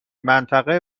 منطقه